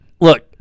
look